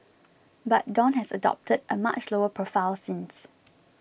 but Dawn has adopted a much lower profile since